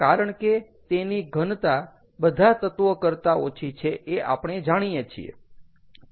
કારણ કે તેની ઘનતા બધા તત્ત્વો કરતા ઓછી છે એ આપણે જાણીએ છીએ